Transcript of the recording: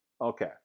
Okay